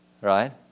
Right